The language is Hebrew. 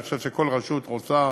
אני חושב שכל רשות רוצה